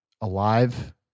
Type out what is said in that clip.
alive